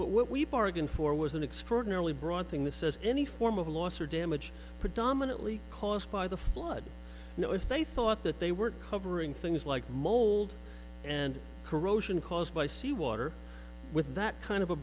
we bargained for was an extraordinarily broad thing this says any form of loss or damage predominantly caused by the flood you know if they thought that they were covering things like mold and corrosion caused by seawater with that kind of a